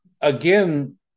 again